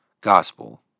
gospel